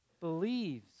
believes